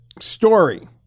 story